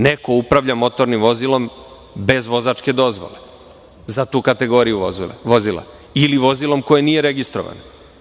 Neko upravlja motornim vozilom bez vozačke dozvole za tu kategoriju vozila ili vozilom koje nije registrovano.